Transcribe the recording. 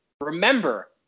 Remember